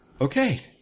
Okay